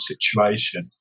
situation